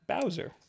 Bowser